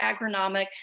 agronomic